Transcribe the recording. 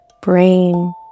brain